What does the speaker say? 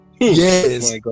Yes